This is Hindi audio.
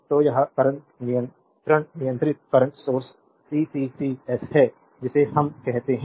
तो यह करंट नियंत्रित करंट सोर्स सीसीसीएस है जिसे हम कहते हैं